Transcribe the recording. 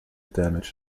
damaged